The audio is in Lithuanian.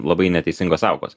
labai neteisingos sąvokos